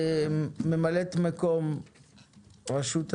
ממלאת מקום רשות התחרות,